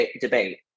debate